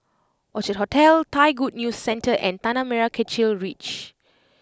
Orchard Hotel Thai Good News Centre and Tanah Merah Kechil Ridge